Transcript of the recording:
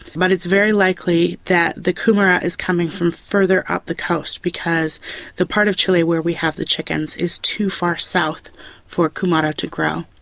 but it is very likely that the kumara is coming from further up the coast because the part of chile where we have the chickens is too far south for kumara to grow.